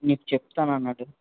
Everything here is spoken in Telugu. మీకు చెప్తా అన్నాడు